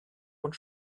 und